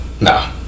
No